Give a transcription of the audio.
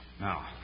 Now